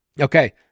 Okay